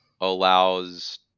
allows